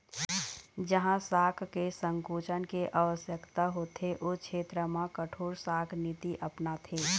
जहाँ शाख के संकुचन के आवश्यकता होथे ओ छेत्र म कठोर शाख नीति अपनाथे